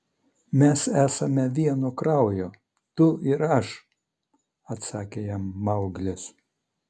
mes esame vieno kraujo tu ir aš atsakė jam mauglis